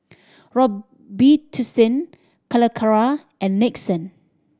Robitussin Calacara and Nixon